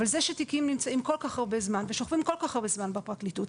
זה שתיקים נמצאים כל-כך הרבה זמן ושוכבים כל-כך הרבה זמן בפרקליטות,